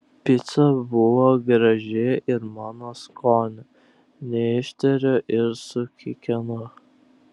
pica buvo graži ir mano skonio neištveriu ir sukikenu